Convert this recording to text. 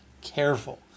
careful